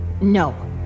No